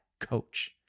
coach